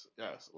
yes